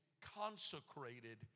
consecrated